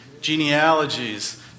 genealogies